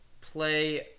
play